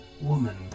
woman